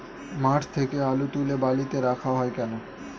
মাঠ থেকে আলু তুলে বালিতে রাখা হয় কেন?